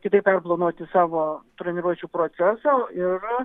kitaip perplanuoti savo treniruočių procesą ir